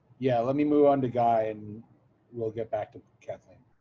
yeah, let me move on to guy and we'll get back to kathleen.